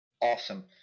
Awesome